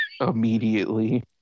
Immediately